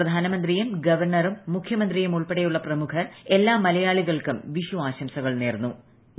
പ്രപ്ധാന്മന്ത്രിയും ഗവർണറും മുഖ്യമന്ത്രിയുമുൾപ്പെടെയുള്ളൂ പ്രമുഖർ എല്ലാ മലയാളികൾക്കും വിഷു ആശംസകൾ നേർന്നു്